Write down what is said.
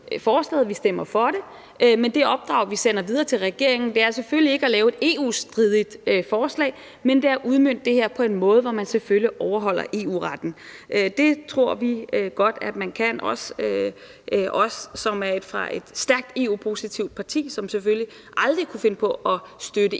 vi stemmer for det, men at det opdrag, vi sender videre til regeringen, selvfølgelig ikke er at lave et EU-stridigt forslag, men at det er at udmønte det her på en måde, hvor man selvfølgelig overholder EU-retten. Vi, der er fra et EU-positivt parti, som selvfølgelig aldrig kunne finde på at støtte EU-stridig